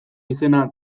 izena